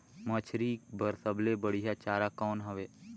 मछरी बर सबले बढ़िया चारा कौन हवय?